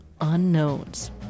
unknowns